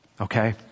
Okay